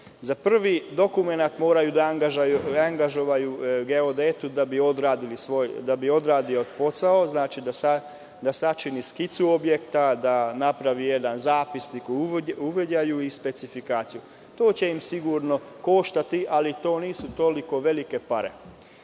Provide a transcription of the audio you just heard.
Za prvi dokument moraju da angažuju geodeta da odradi svoj posao, da sačini skicu objekta, da napravi jedan zapisnik o ugođaju i specifikaciju. To će ih sigurno koštati, ali to nisu toliko velike pare.